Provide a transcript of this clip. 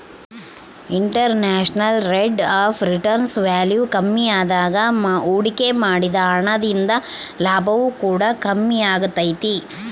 internal rate of return value ಕಮ್ಮಿಯಾದಾಗ ಹೂಡಿಕೆ ಮಾಡಿದ ಹಣ ದಿಂದ ಲಾಭವು ಕೂಡ ಕಮ್ಮಿಯಾಗೆ ತೈತೆ